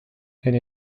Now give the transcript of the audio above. and